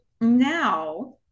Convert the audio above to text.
now